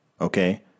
okay